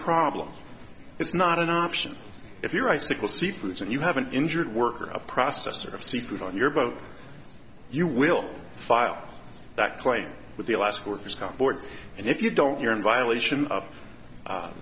problem it's not an option if you're icicle seafoods and you have an injured worker a processor of seafood on your boat you will file that claim with the last workers comp board and if you don't you're in violation of